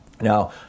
Now